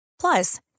Plus